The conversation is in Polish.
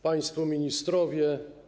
Państwo Ministrowie!